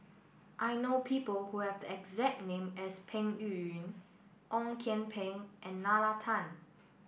I know people who have the exact name as Peng Yuyun Ong Kian Peng and Nalla Tan